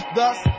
thus